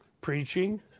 preaching